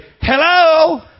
hello